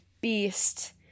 Beast